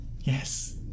yes